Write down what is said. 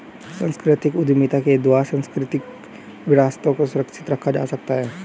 सांस्कृतिक उद्यमिता के द्वारा सांस्कृतिक विरासतों को सुरक्षित रखा जा सकता है